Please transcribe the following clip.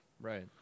Right